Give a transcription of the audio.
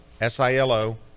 S-I-L-O